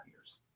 years